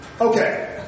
Okay